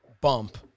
bump